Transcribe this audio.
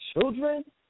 children